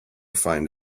find